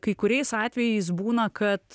kai kuriais atvejais būna kad